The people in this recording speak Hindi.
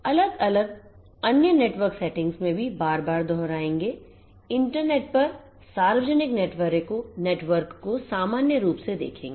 अलग अलग अन्य नेटवर्क सेटिंग्स में भी बार बार दोहराएंगे इंटरनेट पर सार्वजनिक नेटवर्क को सामान्य रूप से देखेंगे